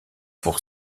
pour